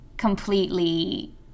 completely